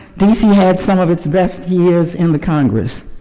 d c. had some of its best years in the congress.